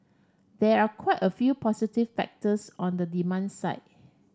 there are quite a few positive factors on the demand side